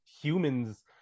humans